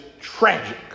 tragic